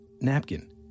napkin